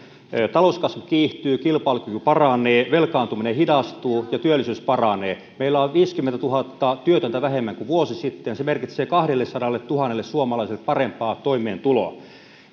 talouskasvu kiihtyy kilpailukyky paranee velkaantuminen hidastuu ja työllisyys paranee meillä on viisikymmentätuhatta työtöntä vähemmän kuin vuosi sitten ja se merkitsee kahdellesadalletuhannelle suomalaiselle parempaa toimeentuloa